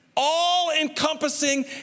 All-encompassing